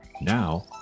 Now